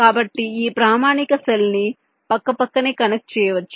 కాబట్టి ఈ ప్రామాణిక సెల్ ని పక్కపక్కనే కనెక్ట్ చేయవచ్చు